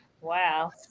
Wow